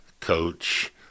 coach